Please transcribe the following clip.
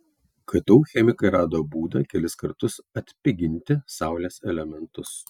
ktu chemikai rado būdą kelis kartus atpiginti saulės elementus